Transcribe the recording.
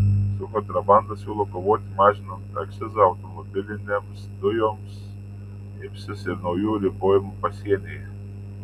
su kontrabanda siūlo kovoti mažinant akcizą automobilinėms dujoms imsis ir naujų ribojimų pasienyje